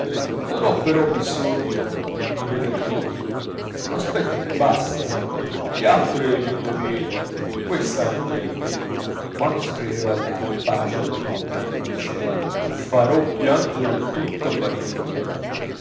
ho però bisogno di veder tutto un aspetto mi basta gli altri li indovino qui sta l'ingegno quando scriveva la page d'amour diceva farò piangere tutta parigi